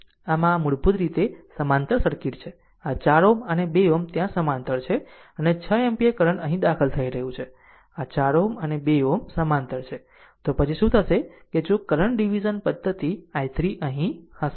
આમ આ મૂળભૂત રીતે સમાંતર સર્કિટ છે આ 4 Ω અને આ 2 Ω ત્યાં સમાંતર છે અને 6 એમ્પીયર કરંટ અહીં દાખલ થઈ રહ્યું છે આ 4 Ω અને 2 Ω સમાંતર છે તો પછી શું થશે જો કરંટ ડીવીઝન પદ્ધતિ i3 અહી હશે